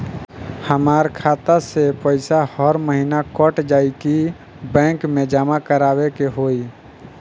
हमार खाता से पैसा हर महीना कट जायी की बैंक मे जमा करवाए के होई?